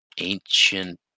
Ancient